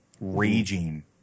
raging